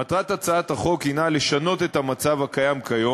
מטרת הצעת החוק הנה לשנות את המצב הקיים כיום